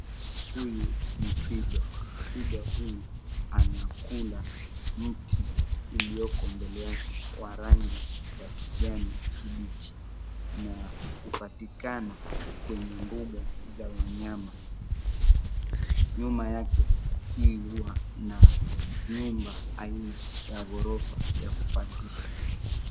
Huyu ni twiga. Twiga huyu anakula mti ulioko mbele yake wa rangi ya kijani kibichi na hupatikana kwenye mbuga za wanyama. Nyuma yake kuzingirwa na nyumba aina ya gorofa ya kupangisha.